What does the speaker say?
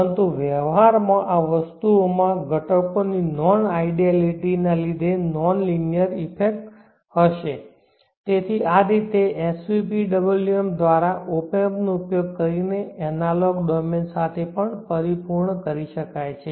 પરંતુ વ્યવહાર માં આ વસ્તુઓ માં ઘટકો ની નોન આઇડિઆલિટી ના લીધે નોન લિનિયર ઈફેક્ટહશે તેથી આ રીતે svpwm દ્વારા ઓપેમ્પ નો ઉપયોગ કરીને એનાલોગ ડોમેન સાથે પણ પરિપૂર્ણ કરી શકાય છે